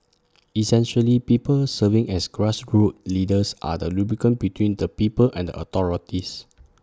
essentially people serving as grassroots leaders are the lubricant between the people and the authorities